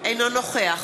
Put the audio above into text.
אינו נוכח